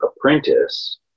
apprentice